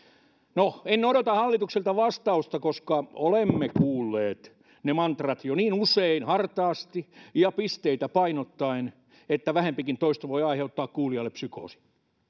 no en odota hallitukselta vastausta koska olemme kuulleet ne mantrat jo niin usein hartaasti ja pisteitä painottaen että vähempikin toisto voi aiheuttaa kuulijalle psykoosin